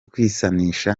kwisanisha